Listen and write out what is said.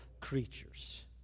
creatures